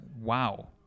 wow